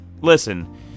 listen